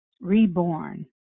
reborn